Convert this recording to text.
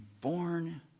born